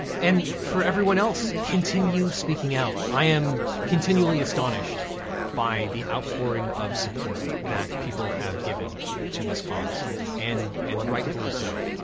and for everyone else, continue speaking out. i am continually astonished by the outpouring of support that people have given to this cause and and rightfully so.